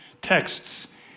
texts